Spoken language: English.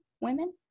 women